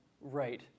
Right